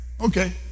Okay